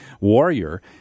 warrior